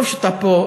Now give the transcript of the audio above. טוב שאתה פה,